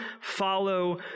follow